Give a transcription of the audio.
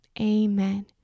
Amen